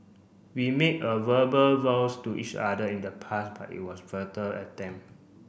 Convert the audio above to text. we made a verbal vows to each other in the past but it was a futile attempt